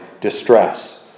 distress